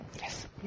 Yes